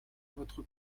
votre